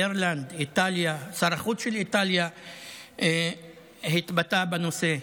אירלנד, איטליה, שר החוץ של איטליה התבטא בנושא.